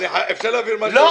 אני רוצה להבהיר משהו.